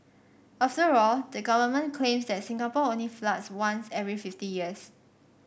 after all the government claims that Singapore only floods once every fifty years